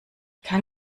kann